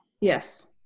Yes